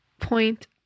point